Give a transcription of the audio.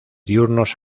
diurnos